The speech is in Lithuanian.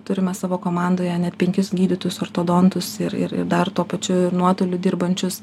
turime savo komandoje net penkis gydytojus ortodontus ir ir dar tuo pačiu nuotoliu dirbančius